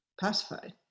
pacified